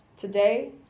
Today